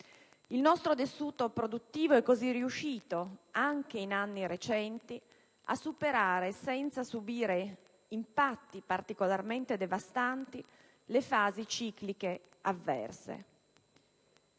Il nostro tessuto produttivo è così riuscito anche in anni recenti a superare, senza subire impatti particolarmente devastanti, le fasi cicliche avverse.